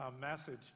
message